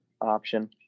option